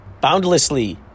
boundlessly